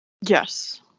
Yes